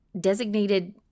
designated